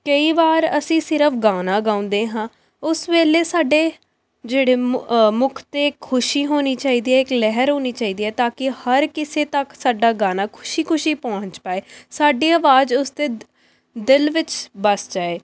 ਕਈ ਵਾਰ ਅਸੀਂ ਸਿਰਫ ਗਾਉਣਾ ਗਾਉਂਦੇ ਹਾਂ ਉਸ ਵੇਲੇ ਸਾਡੇ ਜਿਹੜੇ ਮੁੱ ਮੁੱਖ 'ਤੇ ਖੁਸ਼ੀ ਹੋਣੀ ਚਾਹੀਦੀ ਹੈ ਇੱਕ ਲਹਿਰ ਹੋਣੀ ਚਾਹੀਦੀ ਹੈ ਤਾਂ ਕਿ ਹਰ ਕਿਸੇ ਤੱਕ ਸਾਡਾ ਗਾਣਾ ਖੁਸ਼ੀ ਖੁਸ਼ੀ ਪਹੁੰਚ ਪਾਏ ਸਾਡੀ ਆਵਾਜ਼ ਉਸਦੇ ਦਿ ਦਿਲ ਵਿੱਚ ਵੱਸ ਜਾਏ